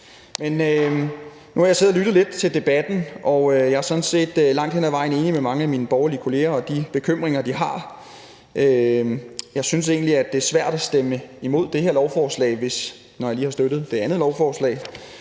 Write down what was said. og lyttet lidt til debatten, og jeg er sådan set langt hen ad vejen enig med mange af mine borgerlige kolleger og de bekymringer, de har. Jeg synes egentlig, at det er svært at stemme imod det her lovforslag, når jeg lige har støttet det andet lovforslag,